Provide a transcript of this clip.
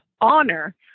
honor